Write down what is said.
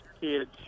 kids